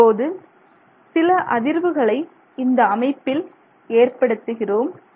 இப்போது சில அதிர்வுகளை இந்த அமைப்பில் ஏற்படுத்துகிறோம்